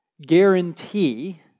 guarantee